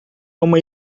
uma